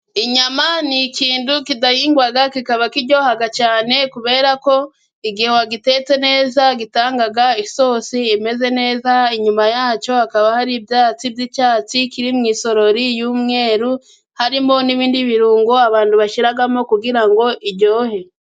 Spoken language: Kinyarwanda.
Inyama ni ikintu kidahingwa kikaba kiryoha cyane. Kubera ko igihe wagitetse neza, gitanga isosi imeze neza. Inyuma yacyo hakaba hari ibyatsi by'icyatsi, kiri mu isorori y'umweru. Harimo n'ibindi birungo abantu bashyiramo kugira ngo iryohe.